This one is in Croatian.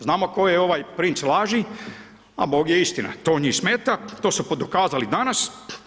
Znamo tko je ovaj princ laži a bog je istina, to njih smeta, to su dokazali danas.